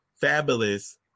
fabulous